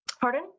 Pardon